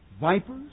vipers